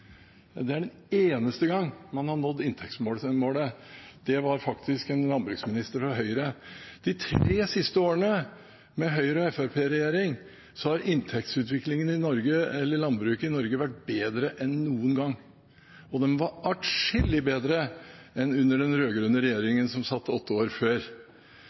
Høyre. De tre siste årene med Høyre–Fremskrittsparti-regjeringen har inntektsutviklingen i landbruket i Norge vært bedre enn noen gang – og den har vært adskillig bedre enn under den rød-grønne regjeringen, som satt i åtte år før.